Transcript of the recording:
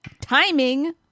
Timing